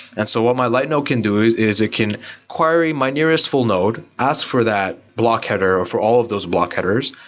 and so what my light node can do is it can query my nearest full node, ask for that block header, or for all of those block headers,